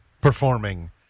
performing